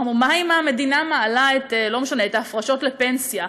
אמרנו: מה אם המדינה מעלה את ההפרשות לפנסיה,